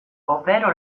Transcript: ovvero